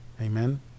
Amen